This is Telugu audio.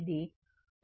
j0 1 j0